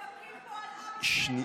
אנחנו נאבקים פה על עם אחד, טלי.